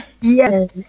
Yes